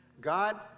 God